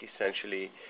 essentially